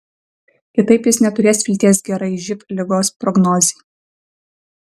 kitaip jis neturės vilties gerai živ ligos prognozei